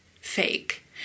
fake